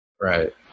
Right